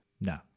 No